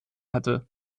hatte